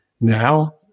now